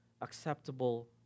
acceptable